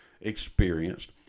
experienced